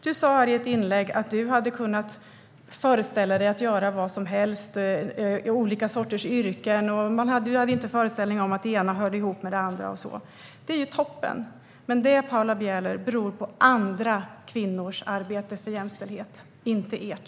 Du sa i ett inlägg att du hade kunnat föreställa dig att göra vad som helst, att ha olika sorters yrken, och inte hade föreställningen att det ena hörde ihop med det andra. Det är toppen! Men det, Paula Bieler, beror på andra kvinnors arbete för jämställdhet, inte ert.